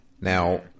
Now